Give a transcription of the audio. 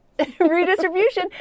Redistribution